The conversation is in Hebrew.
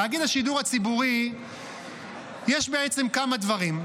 בתאגיד השידור הציבורי יש בעצם כמה דברים.